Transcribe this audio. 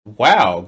wow